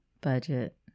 Budget